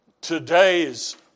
today's